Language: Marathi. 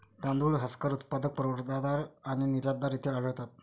तांदूळ हस्कर उत्पादक, पुरवठादार आणि निर्यातदार येथे आढळतात